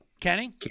Kenny